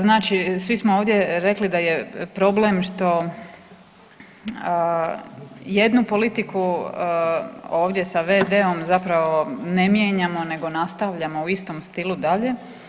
Znači svi smo ovdje rekli da je problem što jednu politiku ovdje sa v.d. zapravo ne mijenjamo nego nastavljamo u istom stilu dalje.